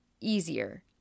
easier